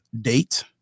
date